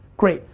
great,